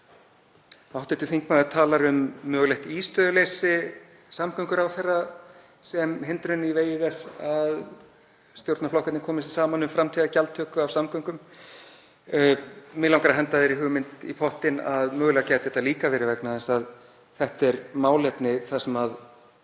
Hv. þingmaður talar um mögulegt ístöðuleysi samgönguráðherra sem hindrun í vegi þess að stjórnarflokkarnir komi sér saman um framtíðargjaldtöku af samgöngum. Mig langar að henda þeirri hugmynd í pottinn að mögulega geti þetta líka verið vegna þess að þetta er málefni þar sem